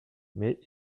mais